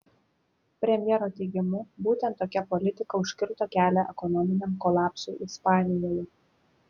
premjero teigimu būtent tokia politika užkirto kelią ekonominiam kolapsui ispanijoje